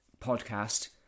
podcast